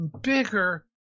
bigger